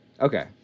Okay